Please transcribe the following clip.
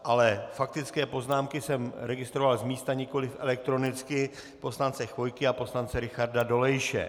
Ale faktické poznámky jsem registroval z místa, nikoliv elektronicky, poslance Chvojky a poslance Richarda Dolejše.